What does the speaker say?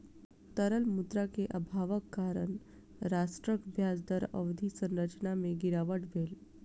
तरल मुद्रा के अभावक कारण राष्ट्रक ब्याज दर अवधि संरचना में गिरावट भेल